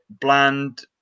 bland